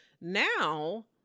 now